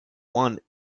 one